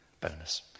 bonus